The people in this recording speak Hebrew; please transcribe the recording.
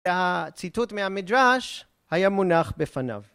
הציטוט מהמדרש היה מונח בפניו.